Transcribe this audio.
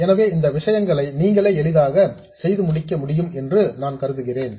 எனவே இந்த விஷயங்களை நீங்களே எளிதாக செய்து முடிக்க முடியும் என்று நான் கருதுகிறேன்